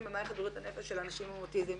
במערכת בריאות הנפש של אנשים עם אוטיזם.